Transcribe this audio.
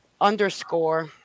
underscore